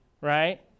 right